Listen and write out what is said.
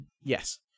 yes